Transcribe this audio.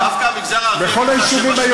דווקא המגזר הערבי אומר שבשנתיים שרבין היה